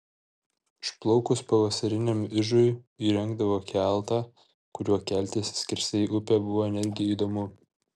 išplaukus pavasariniam ižui įrengdavo keltą kuriuo keltis skersai upę buvo netgi įdomu